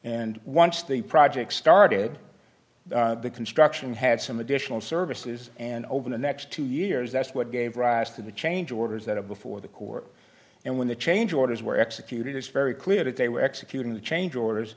and once the project started the construction had some additional services and over the next two years that's what gave rise to the change orders that are before the court and when the change orders were executed it's very clear that they were executing the change orders